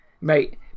mate